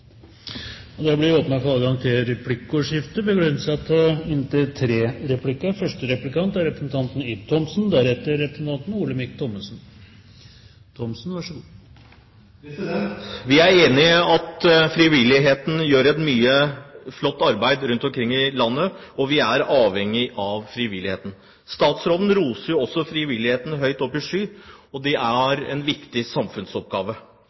for replikkordskifte. Vi er enige i at frivilligheten gjør mye flott arbeid rundt omkring i landet, og vi er avhengige av frivilligheten. Statsråden roser jo også frivilligheten høyt opp i skyene, og de har en viktig samfunnsoppgave.